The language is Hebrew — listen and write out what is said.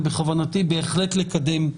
ובכוונתי בהחלט לקדם,